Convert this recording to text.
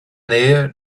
nähe